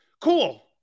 Cool